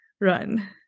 run